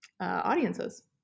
audiences